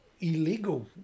illegal